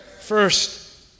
first